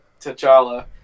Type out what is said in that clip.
T'Challa